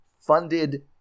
funded